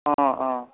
অঁ অঁ